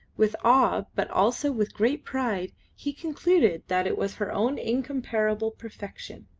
with awe but also with great pride he concluded that it was her own incomparable perfection.